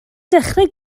dechrau